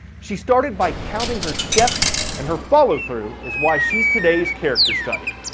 she started by counting her steps and her follow-through is why's she's today's character study.